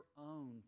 own